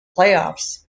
playoffs